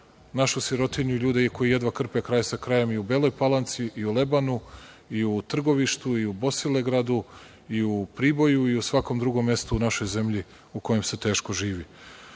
našu sirotinju i ljude koji jedva krpe kraj sa krajem i u Beloj Palanci, i u Lebanu, i u Trgovištu, i u Bosilegradu, i u Priboju, i u svakom drugom mestu u našoj zemlji u kojem se teško